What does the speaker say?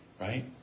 Right